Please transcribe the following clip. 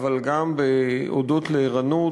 אבל גם הודות לערנות,